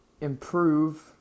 improve